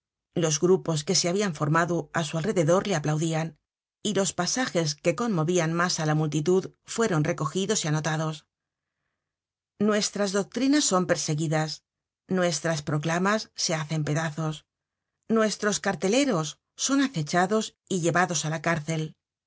los grupos que se habian formado á su alrededor le aplaudian y los pasajes que conmovian mas á la multitud fueron recogidos y anotados nuestras doctrinas son perseguidas nuestras proclamas se hacen pedazos nuestros carteleros son acechados y lle vados á la cárcel la